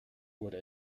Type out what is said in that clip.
wurde